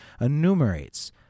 enumerates